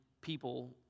people